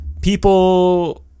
People